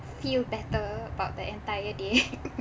feel better about the entire day